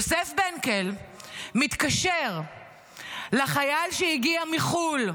יוסף בנקל מתקשר לחייל שהגיע מחו"ל,